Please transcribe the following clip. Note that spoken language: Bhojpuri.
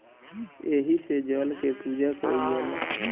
एही से जल के पूजा कईल जाला